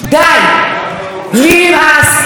לי נמאס, ואני חלק מהפריפריה.